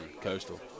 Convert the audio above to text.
Coastal